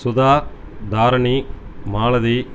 Sudha Tharani Malathi